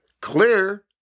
clear